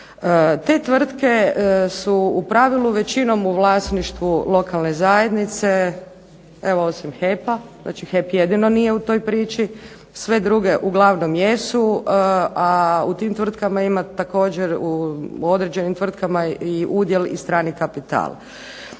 Te tvrtke su u pravilu većinom u vlasništvu lokalne zajednice, evo osim HEP-a, znači HEP jedino nije u toj priči, sve druge uglavnom jesu, a u tim tvrtkama ima također, u određenim tvrtkama i udjel i strani kapitala.